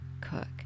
cook